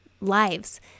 lives